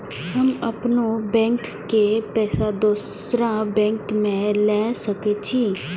हम अपनों बैंक के पैसा दुसरा बैंक में ले सके छी?